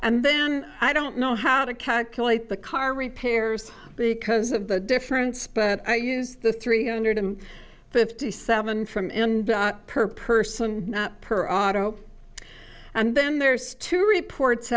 and then i don't know how to calculate the car repairs because of the difference but i use the three hundred fifty seven from per person per auto and then there's two reports